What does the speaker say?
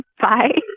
Bye